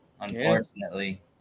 Unfortunately